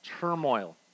turmoil